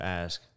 ask